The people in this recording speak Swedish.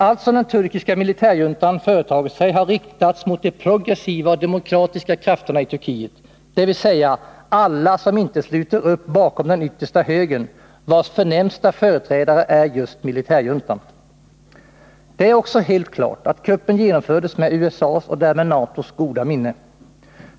Allt som den turkiska militärjuntan företagit sig har riktats mot de progressiva och demokratiska krafterna i Turkiet, dvs. alla som inte sluter upp bakom den yttersta högern, vars förnämsta företrädare är just militärjuntan. Det är också helt klart att kuppen genomfördes med USA:s och därmed NATO:s goda minne.